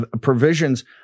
provisions